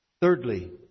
Thirdly